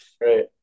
Right